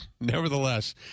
nevertheless